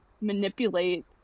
manipulate